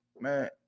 man